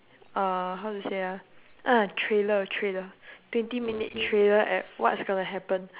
uh how to say ah ah trailer trailer twenty minute trailer at what is gonna happen